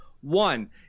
one